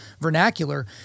vernacular